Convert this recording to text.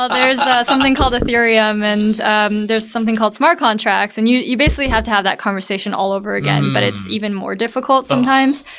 there's something called ethereum and um there's something called smart contract. and you you basically have to have that conversation all over again, but it's even more difficult sometimes.